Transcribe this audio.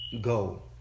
go